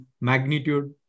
magnitude